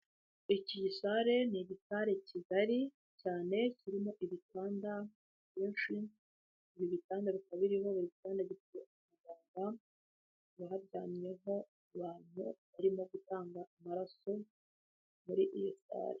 Iki gisale ni igisale kigari cyane kirimo ibitanda. Ibi bitanda bikaba birimo umwanya wahajyanyweho abantu barimo gutangamba amaraso muri iyo stade.